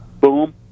Boom